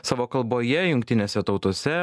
savo kalboje jungtinėse tautose